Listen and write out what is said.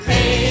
Hey